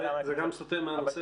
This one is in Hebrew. בסדר, זה גם סוטה מהנושא.